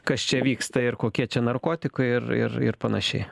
kas čia vyksta ir kokie čia narkotikai ir ir ir panašiai